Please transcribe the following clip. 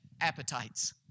appetites